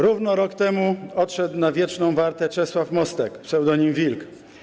Równo rok temu odszedł na wieczną wartę Czesław Mostek pseudonim Wilk.